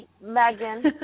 Megan